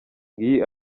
ngiyi